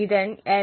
இதன் எல்